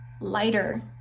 lighter